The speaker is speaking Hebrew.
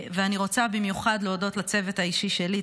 ואני רוצה במיוחד להודות לצוות האישי שלי,